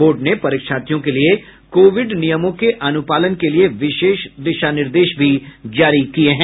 board ने परीथार्थियों के लिए कोविड नियमों के अनुपालन के लिए विशेष दिशा निर्देश भी जारी किये हैं